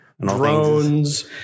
drones